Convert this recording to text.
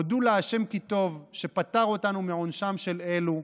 הודו לה' כי טוב שפטר אותנו מעונשם של אלו.